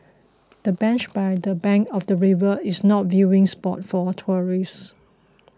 the bench by the bank of the river is not viewing spot for tourists